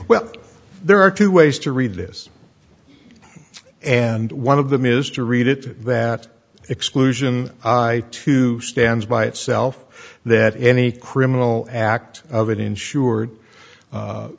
well there are two ways to read this and one of them is to read it that exclusion i two stands by itself that any criminal act of an insured